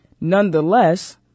Nonetheless